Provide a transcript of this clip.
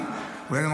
אולי גם,